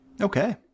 Okay